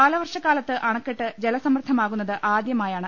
കാലവർഷക്കാലത്ത് അണക്കെട്ട് ജലസമൃദ്ധമാകുന്നത് ആദ്യമായാണ്